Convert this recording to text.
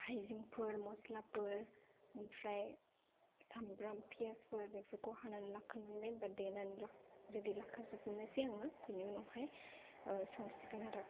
हायजेंफोर मस्लाफोर ओमफ्राय सामब्राम पियाजफोर बेफोरखौ हानानै लाखानानै बा देनानै रेडि लाखाजोबनोसै आङो बेनि उनावहाय संसिगोन आरो